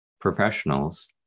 professionals